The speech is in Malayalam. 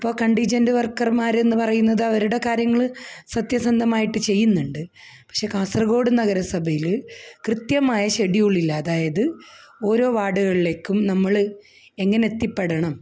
അപ്പോള് കണ്ടീജൻ്റെ് വർക്കർമാരെന്നു പറയുന്നത് അവരുടെ കാര്യങ്ങള് സത്യസന്ധമായിട്ട് ചെയ്യുന്നുണ്ട് പഷേ കാസർഗോഡ് നഗരസഭയില് കൃത്യമായ ഷെഡ്യൂളില്ല അതായത് ഓരോ വാർഡുകളിലേക്കും നമ്മള് എങ്ങനെത്തിപ്പെടണം